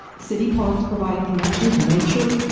city parks provide connection to nature.